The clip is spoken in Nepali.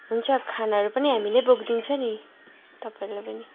हुन्छ खानाहरू पनि हामी नै बोकिदिन्छ नि तपाईँलाई पनि